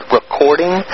recording